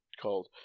called